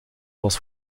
was